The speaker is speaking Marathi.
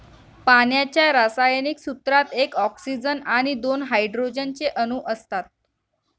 पाण्याच्या रासायनिक सूत्रात एक ऑक्सीजन आणि दोन हायड्रोजन चे अणु असतात